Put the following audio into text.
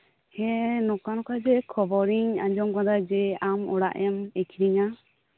ᱦᱮᱸ ᱱᱚᱝᱠᱟ ᱱᱚᱝᱠᱟ ᱠᱷᱚᱵᱚᱨ ᱤᱧ ᱟᱸᱡᱚᱢ ᱟᱠᱟᱫᱟ ᱡᱮ ᱟᱢ ᱚᱲᱟᱜ ᱮᱢ ᱟᱠᱷᱨᱤᱧᱟ